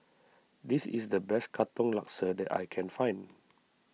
this is the best Katong Laksa that I can find